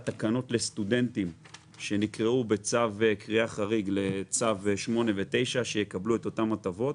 לסטודנטים שנקראו בצו קריאה חריג לצו 8 ו-9 את אותן הטבות.